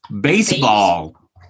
baseball